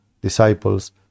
disciples